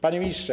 Panie Ministrze!